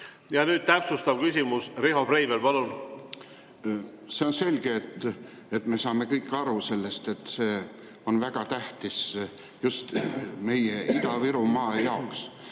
Ja nüüd täpsustav küsimus. Riho Breivel, palun! See on selge, me saame kõik aru, et see on väga tähtis just meie Ida-Virumaa jaoks.